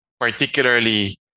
particularly